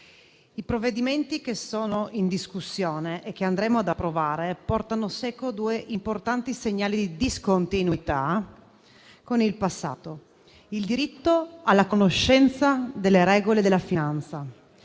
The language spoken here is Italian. i provvedimenti in discussione e che andremo ad approvare portano seco due importanti segnali di discontinuità con il passato: il diritto alla conoscenza delle regole della finanza